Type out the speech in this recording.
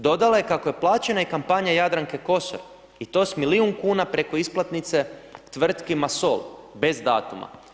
Dodala je, kako je plaćena i kampanja Jadranke Kosor i to s milijun kuna preko isplatnice tvrtki Masol bez datuma.